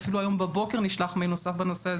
אפילו היום בבוקר נשלח מייל נוסף בנושא,